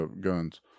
guns